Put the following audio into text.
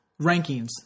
rankings